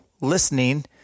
listening